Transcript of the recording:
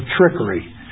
trickery